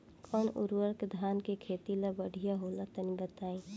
कौन उर्वरक धान के खेती ला बढ़िया होला तनी बताई?